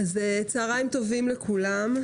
צהריים טובים לכולם,